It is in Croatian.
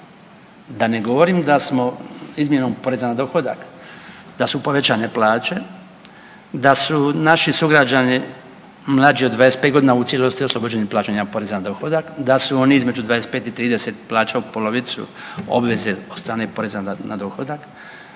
Da ne govorim da smo izmjenom poreza na dohodak da su povećane plaće, da su naši sugrađani mlađi od 25 godina u cijelosti oslobođeni plaćanja poreza na dohodak, da su oni između 25 i 30 plaćali polovicu obveze od strane poreza na dohodak,